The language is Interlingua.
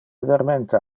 vermente